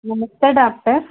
నమస్తే డాక్టర్